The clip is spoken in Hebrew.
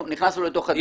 נכסנו לתוך הדיון.